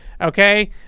okay